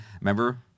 Remember